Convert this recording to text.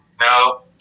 no